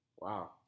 Wow